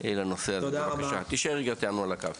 לנושא הזה, בבקשה, תישאר איתנו על הקו,